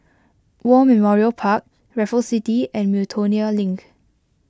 War Memorial Park Raffles City and Miltonia Link